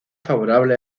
favorable